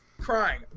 crying